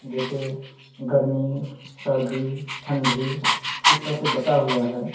जैसे गर्मी सर्दी ठंडी इस तरह से बँटा हुआ है